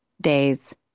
days